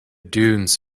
dunes